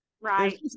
Right